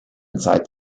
inside